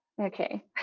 okay